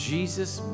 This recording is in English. Jesus